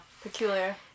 Peculiar